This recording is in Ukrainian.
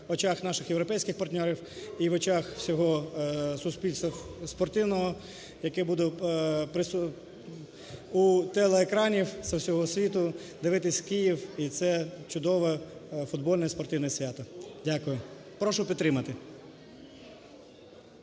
в очах наших європейських партнерів, і в очах всього суспільства спортивного, яке буде у телеекранів зі всього світу дивитись Київ і це чудове футбольне спортивне свято. Дякую. Прошу підтримати.